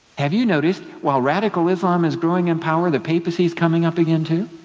have you noticed, while radical islam is growing in power, the papacy is coming up again too?